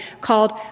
called